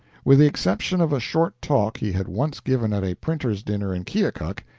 with the exception of a short talk he had once given at a printer's dinner in keokuk,